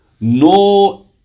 No